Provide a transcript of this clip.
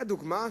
לדוגמה,